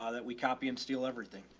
that we copy and steal everything.